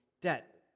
debt